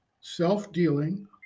self-dealing